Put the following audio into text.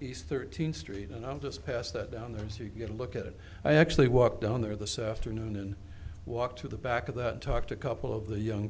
east thirteenth street and i'll just pass that down there so you can get a look at it i actually walk down there the afternoon and walk to the back of that talked a couple of the young